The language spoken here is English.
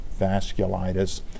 vasculitis